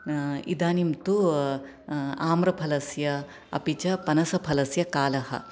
इदानीं तु आम्रफलस्य अपि च फनसफलस्य कालः